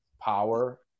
power